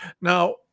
Now